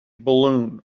balloon